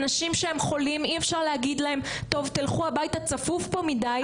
אנשים שהם חולים - אי אפשר להגיד להם ללכת הביתה כי צפוף פה מדי.